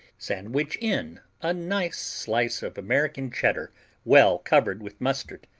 sandwich in a nice slice of american cheddar well covered with mustard.